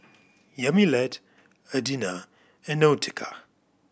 Yamilet Adina and Nautica